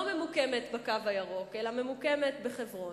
ממוקמת ב"קו הירוק" אלא ממוקמת בחברון,